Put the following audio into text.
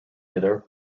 dealer